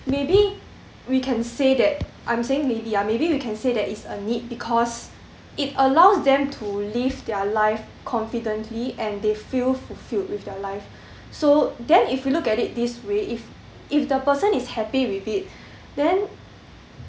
maybe we can say that I'm saying maybe ah maybe you can say that is a need because it allows them to live their life confidently and they feel fulfilled with their life so then if you look at it this way if if the person is happy with it then